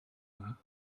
dda